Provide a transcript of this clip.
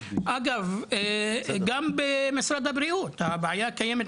גם במשרד הבריאות הבעיה קיימת,